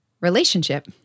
relationship